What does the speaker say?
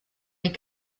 les